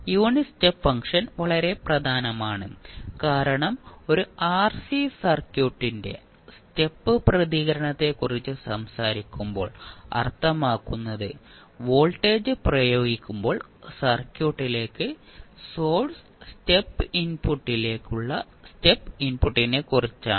unit step function വളരെ പ്രധാനമാണ് കാരണം ഒരു ആർസി സർക്യൂട്ടിന്റെ സ്റ്റെപ്പ് പ്രതികരണത്തെക്കുറിച്ച് സംസാരിക്കുമ്പോൾ അർത്ഥമാക്കുന്നത് വോൾട്ടേജ് പ്രയോഗിക്കുമ്പോൾ സർക്യൂട്ടിലേക്കുള്ള സോഴ്സ് സ്റ്റെപ്പ് ഇൻപുട്ടിലേക്കുള്ള സ്റ്റെപ്പ് ഇൻപുട്ടിനെക്കുറിച്ചാണ്